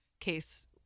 case